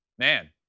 Man